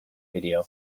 video